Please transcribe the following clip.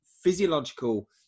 physiological